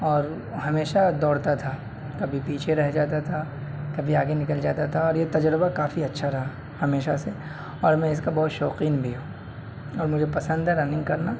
اور ہمیشہ دوڑتا تھا کبھی پیچھے رہ جاتا تھا کبھی آگے نکل جاتا تھا اور یہ تجربہ کافی اچھا رہا ہمیشہ سے اور میں اس کا بہت شوقین بھی ہوں اور مجھے پسند ہے رننگ کرنا